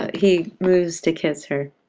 he moves to kiss her.